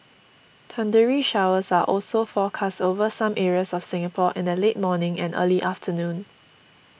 thundery showers are also forecast over some areas of Singapore in the late morning and early afternoon